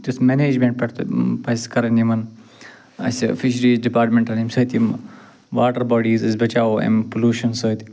تِژھ مٮ۪نیجمٮ۪نٛٹ پٮ۪ٹھ تہِ پَزِ کرٕنۍ یِمن اَسہِ فِشریٖز ڈپاٹمٮ۪نٛٹَن ییٚمہِ سۭتۍ یِم واٹر باڈیٖز أسۍ بچاوو اَمہِ پٕلوشَن سۭتۍ